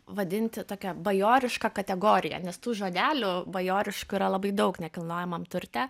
vadinti tokia bajoriška kategorija nes tų žodelių bajoriškų yra labai daug nekilnojamam turte